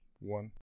one